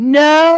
no